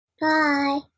Bye